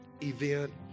event